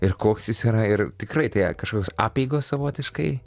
ir koks jis yra ir tikrai tai kažkoks apeigos savotiškai